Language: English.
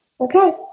Okay